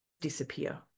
disappear